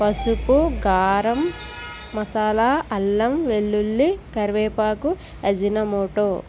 పసుపు కారం మసాలా అల్లం వెల్లుల్లి కరివేపాకు అజీనామోటో